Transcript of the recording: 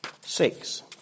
Six